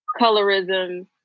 colorism